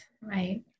right